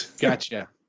gotcha